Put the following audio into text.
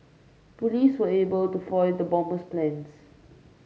police were able to foil the bomber's plans